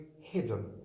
hidden